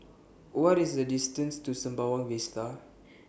What IS The distance to Sembawang Vista